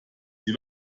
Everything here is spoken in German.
sie